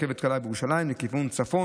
רכבת קלה בירושלים לכיוון צפון,